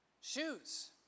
Shoes